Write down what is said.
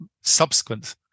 subsequent